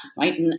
right